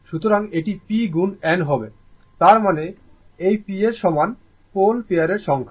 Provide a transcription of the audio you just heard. সুতরাং এটি P গুণ N হবে তার মানে p এই p এর সমান পোল পেয়ারের সংখ্যা